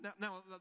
Now